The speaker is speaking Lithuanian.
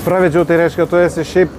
pravedžiau tai reiškia tu esi šiaip